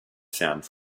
sound